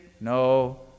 No